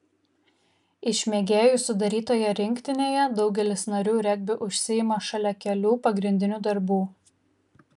iš mėgėjų sudarytoje rinktinėje daugelis narių regbiu užsiima šalia kelių pagrindinių darbų